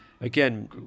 again